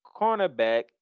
cornerback